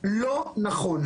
לא נכון.